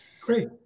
great